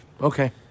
Okay